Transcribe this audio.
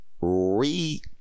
Re